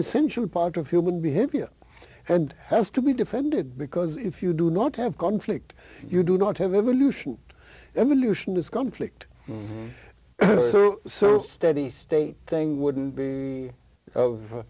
essential part of human behavior and has to be defended because if you do not have conflict you do not have evolution evolution is gone flicked sort of steady state thing wouldn't be of